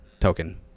token